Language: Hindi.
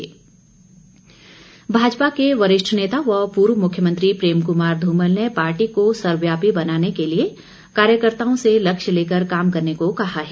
धूमल भाजपा के वरिष्ठ नेता व पूर्व मुख्यमंत्री प्रेम कुमार धूमल ने पार्टी को सर्वव्यापी बनाने के लिए कार्यकर्ताओं से लक्ष्य लेकर काम करने को कहा है